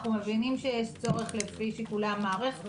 אנחנו מבינים שיש צורך לפי שיקולי המערכת